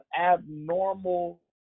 abnormal